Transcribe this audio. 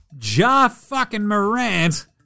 Ja-fucking-Morant